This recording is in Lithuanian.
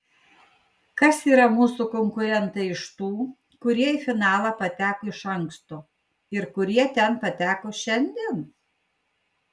kas yra mūsų konkurentai iš tų kurie į finalą pateko iš anksto ir kurie ten pateko šiandien